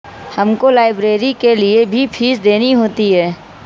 हमको लाइब्रेरी के लिए भी फीस देनी होती है